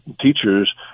teachers